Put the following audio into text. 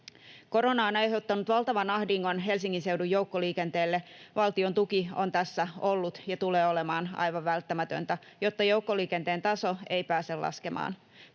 Korona on aiheuttanut valtavan ahdingon Helsingin seudun joukkoliikenteelle. Valtion tuki on tässä ollut ja tulee olemaan aivan välttämätöntä, jotta joukkoliikenteen taso ei pääse laskemaan.